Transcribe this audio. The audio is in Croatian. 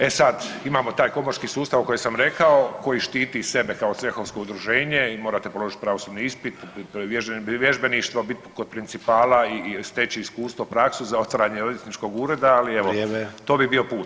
E sad, imamo taj komorski sustav koji sam rekao, koji štiti sebe kao cehovsko udruženje i morate položiti pravosudni ispit i vježbeništvo, bit kod principala i steći iskustvo i praksu za otvaranje odvjetničkog ureda, ali evo to bi bio put.